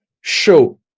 show